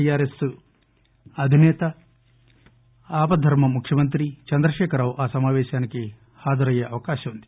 TRS అధిసేత ఆపద్దర్మ ముఖ్యమంత్రి చంద్రశేఖరరావు సమాపేశానికి హాజరయ్యే అవకాశం ఉంది